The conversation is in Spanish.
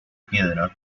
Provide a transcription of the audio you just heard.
piedra